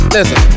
Listen